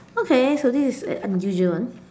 okay so this is an unusual one